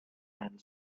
and